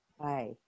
Hi